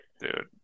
Dude